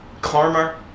karma